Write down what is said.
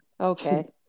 Okay